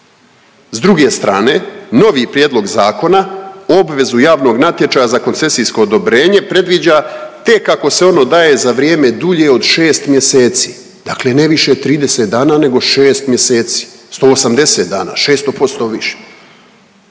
S druge strane novi prijedlog zakona obvezu javnog natječaja za koncesijsko odobrenje predviđa tek ako se ono daje za vrijeme dulje od 6 mjeseci, dakle ne više 30 dana nego 6 mjeseci, 180 dana 600% više.